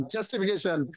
Justification